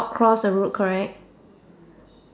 cross the road correct